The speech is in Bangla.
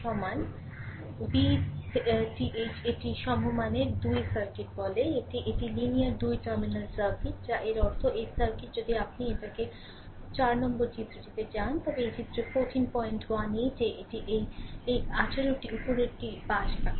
রেফার সময় 0138 V TH এটি সমমানের 2 সার্কিট বলে এটি এটি লিনিয়ার 2 টার্মিনাল সার্কিট যা এর অর্থ এই সার্কিট যদি আপনি এইটিকে 4 চিত্রটি নিয়ে যান তবে এটি চিত্র 1418 এ এটি এই 18 টির উপরেরটিটি পাস করবে